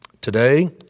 Today